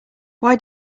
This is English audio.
why